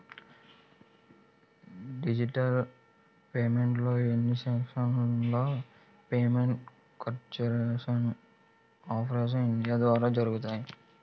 digital పేమెంట్లు అన్నీనేషనల్ payment corporation of India ద్వారా జరుగుతాయి